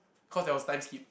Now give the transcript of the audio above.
cause there was time skip